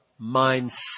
mindset